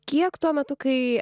kiek tuo metu kai